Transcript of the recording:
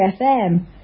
FM